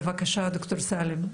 בבקשה דוקטור סאלם.